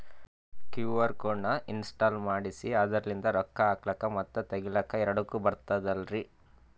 QR code ನ install ಮಾಡೆಸಿ ಅದರ್ಲಿಂದ ರೊಕ್ಕ ಹಾಕ್ಲಕ್ಕ ಮತ್ತ ತಗಿಲಕ ಎರಡುಕ್ಕು ಬರ್ತದಲ್ರಿ?